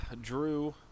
Drew